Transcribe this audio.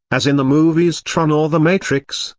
as in the movies tron or the matrix,